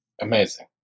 amazing